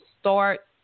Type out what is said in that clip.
start